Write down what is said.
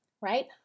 right